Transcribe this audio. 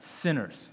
sinners